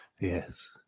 Yes